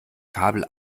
kabel